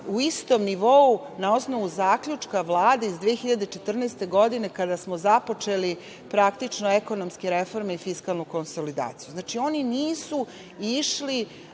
u istom nivou na osnovu zaključka Vlade iz 2014. godine, kada smo započeli, praktično, ekonomske reforme i fiskalnu konsolidaciju. Znači, oni nisu išli